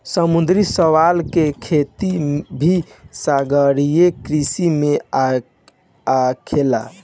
समुंद्री शैवाल के खेती भी सागरीय कृषि में आखेला